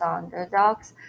Underdogs